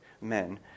men